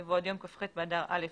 יבוא "עד יום כ"ח באדר א'